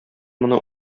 моны